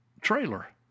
trailer